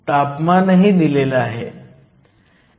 तापमानही दिलेलं आहे